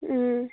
ꯎꯝ